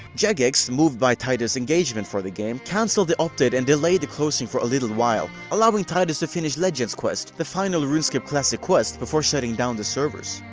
jagex, moved by titus' engagement for the game, cancelled the update and delayed the closing for a little while, allowing titus to finish legend's quest, the final runescape classic quest, before shutting down the servers.